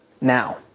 now